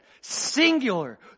Singular